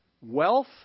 Wealth